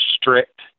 strict